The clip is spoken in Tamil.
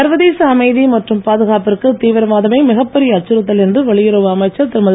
சர்வதேச அமைதி மற்றும் பாதுகாப்பிற்கு தீவிரவாதமே மிகப்பெரிய அச்சுறுத்தல் என்று வெளியுறவு அமைச்சர் திருமதி